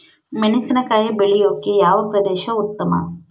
ಮೆಣಸಿನಕಾಯಿ ಬೆಳೆಯೊಕೆ ಯಾವ ಪ್ರದೇಶ ಉತ್ತಮ?